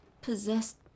possessed